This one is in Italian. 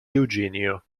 eugenio